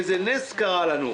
איזה נס אירע לנו.